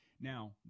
Now